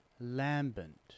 Lambent